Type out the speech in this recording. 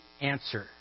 answer